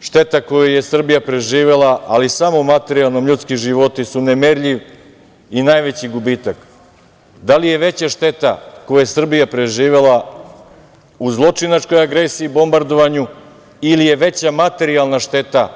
šteta koju je Srbija preživela, ali samo u materijalnom, ljudski životi su nemerljiv i najveći gubitak, da li je veća šteta koju je Srbija preživela u zločinačkoj agresiji, bombardovanju ili je veća materijalna šteta